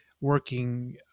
working